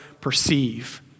perceive